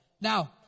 Now